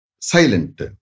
silent